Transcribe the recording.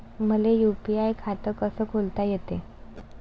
मले यू.पी.आय खातं कस खोलता येते?